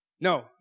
No